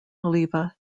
oliva